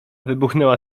wybuchnęła